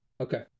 Okay